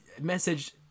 Message